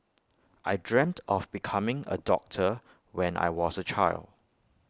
I dreamt of becoming A doctor when I was A child